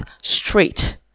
straight